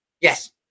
Yes